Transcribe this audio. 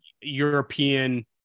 european